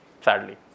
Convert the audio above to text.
sadly